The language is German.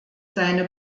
seine